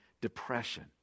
depression